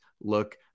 look